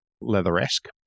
leather-esque